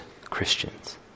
Christians